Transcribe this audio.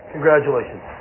Congratulations